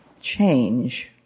change